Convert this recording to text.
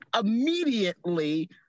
immediately